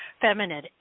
feminine